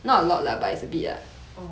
orh